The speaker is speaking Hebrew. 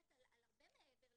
מדברת על הרבה מעבר לזה.